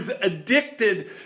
addicted